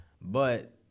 but-